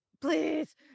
please